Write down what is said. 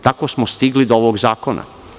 Tako smo stigli do ovog zakona.